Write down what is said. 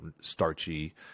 starchy